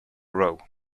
row